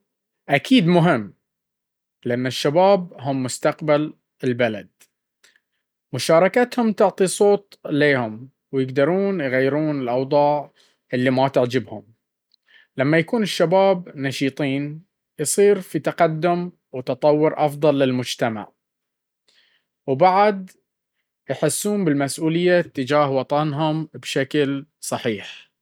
أكيد مهم، لأن الشباب هم مستقبل البلد. مشاركتهم تعطي صوت لهم ويقدرون يغيرون الأوضاع اللي ما تعجبهم. لما يكون الشباب نشطين، يصير في تقدم وتطوير أفضل للمجتمع، وكمان يحسون بالمسؤولية تجاه وطنهم بشكل صحيح.